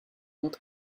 not